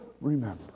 remember